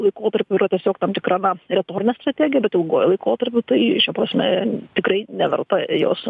laikotarpiu yra tiesiog tam tikra na retorinė strategija bet ilguoju laikotarpiu tai šia prasme tikrai neverta jos